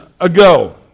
ago